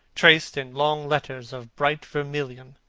traced in long letters of bright vermilion.